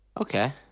Okay